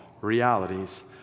realities